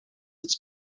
its